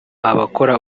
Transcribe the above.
abakora